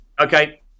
okay